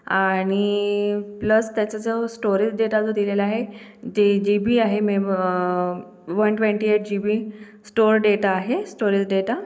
आणि प्लस त्याचा जो स्टोरेज डेटा जो दिलेला आहे ते जे बी आहे memo one twenty eight G B store data आहे स्टोरेज डेटा